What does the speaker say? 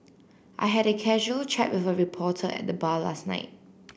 I had a casual chat with a reporter at the bar last night